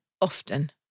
Often